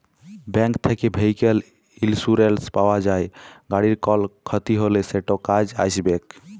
bank থ্যাকে vehicle insurance পাউয়া যায়, গাড়ির কল খ্যতি হ্যলে সেট কাজে আইসবেক